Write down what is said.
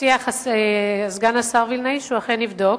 הבטיח סגן השר וילנאי שהוא אכן יבדוק,